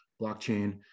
blockchain